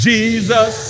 Jesus